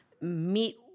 meet